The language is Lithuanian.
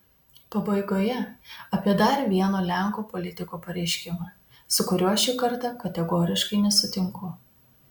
pabaigoje apie dar vieno lenkų politiko pareiškimą su kuriuo šį kartą kategoriškai nesutinku